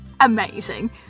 amazing